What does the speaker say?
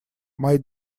мои